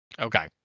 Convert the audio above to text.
Okay